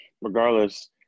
regardless